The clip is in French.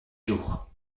jours